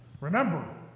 Remember